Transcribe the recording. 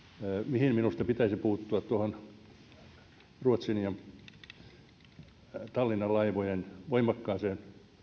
mihin minusta pitäisi puuttua niin ruotsin ja tallinnan laivojen voimakkaaseen